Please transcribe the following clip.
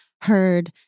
heard